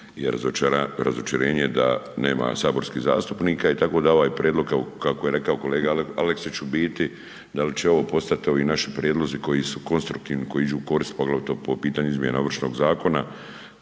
je razočarenje da nema saborskih zastupnika i tako da ovaj prijedlog kako je rekao kolega Aleksić u biti dal će ovo postat, ovi naši prijedlozi koji su konstruktivni koji iđu u korist poglavito po pitanju izmjena Ovršnog zakona,